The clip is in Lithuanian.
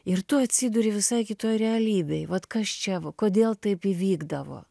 ir tu atsiduri visai kitoj realybėj vat kas čia kodėl taip įvykdavo